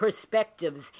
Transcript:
perspectives